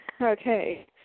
Okay